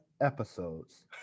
episodes